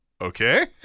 okay